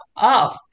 up